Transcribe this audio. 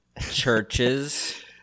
churches